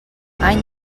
any